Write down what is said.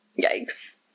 Yikes